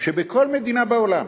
בכל מדינה בעולם